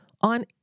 on